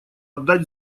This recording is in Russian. отдать